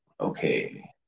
Okay